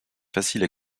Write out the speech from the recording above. faciles